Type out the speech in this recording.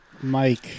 Mike